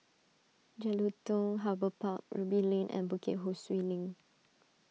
Jelutung Harbour Park Ruby Lane and Bukit Ho Swee Link